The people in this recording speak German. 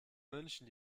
münchen